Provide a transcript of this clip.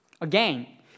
Again